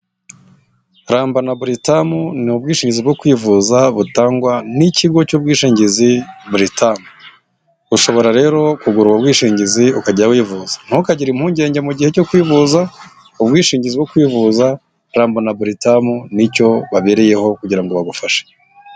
Ramba na Buritamu ni ubwishingizi bwo kwivuza butangwa n'ikigo cy'ubwishingizi Buritamu, ushobora rero kugura ubwo bwishingizi ukajya wivuza, ntukagire impungenge mu gihe cyo kwivuza ubwishingizi bwo kwivuza ramba na Buritamu ni cyo babereyeho kugira ngo bagufashe.